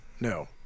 No